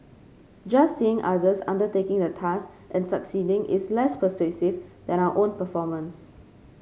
just seeing others undertaking the task and succeeding is less persuasive than our own performance